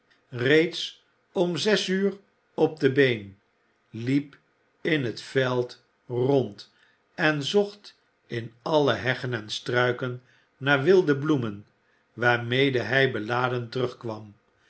reeds om zes uur op de been liep in het veld rond en zocht in alle heggen en struiken naar wilde bloemen waarmede hij beladen terugkwam